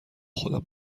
خودم